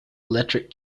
electric